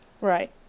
Right